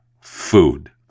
food